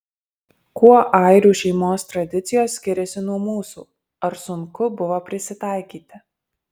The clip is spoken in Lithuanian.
kuo airių šeimos tradicijos skiriasi nuo mūsų ar sunku buvo prisitaikyti